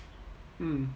mm